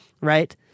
right